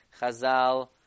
Chazal